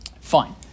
fine